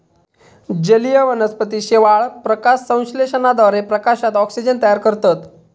जलीय वनस्पती शेवाळ, प्रकाशसंश्लेषणाद्वारे प्रकाशात ऑक्सिजन तयार करतत